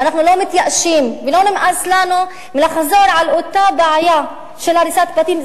ואנחנו לא מתייאשים ולא נמאס לנו מלחזור על אותה בעיה של הריסת בתים,